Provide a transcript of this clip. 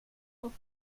och